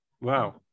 Wow